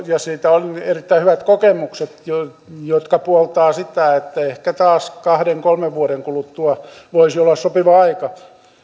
ja siitä on erittäin hyvät kokemukset jotka puoltavat sitä että ehkä taas kahden viiva kolmen vuoden kuluttua voisi olla sopiva aika